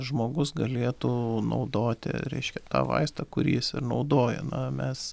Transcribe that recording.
žmogus galėtų naudoti reiškia tą vaistą kurį jis ir naudoja na mes